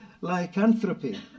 lycanthropy